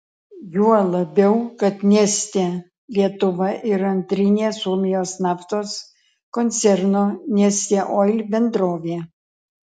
juo labiau kad neste lietuva yra antrinė suomijos naftos koncerno neste oil bendrovė